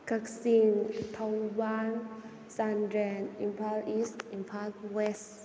Kakching Thoubal Chandel Imphal East Imphal west